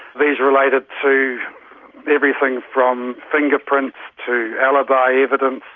these related to everything from fingerprints to alibi evidence,